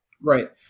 Right